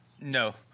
No